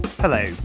Hello